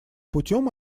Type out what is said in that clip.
путем